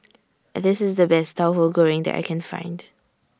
This IS The Best Tauhu Goreng that I Can Find